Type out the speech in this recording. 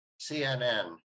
CNN